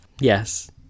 Yes